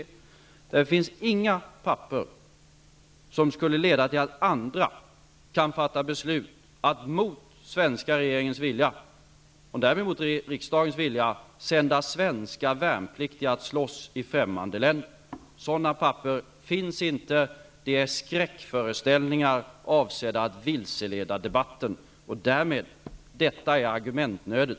Det står ingenting på några papper som skulle leda till att andra kan fatta beslut om att mot svenska regeringens vilja och därmed mot riksdagens vilja sända svenska värnpliktiga att slåss i främmande länder. Sådana papper finns inte -- det är skräckföreställningar avsedda att vilseleda i debatten. Detta är argumentnöden.